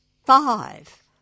Five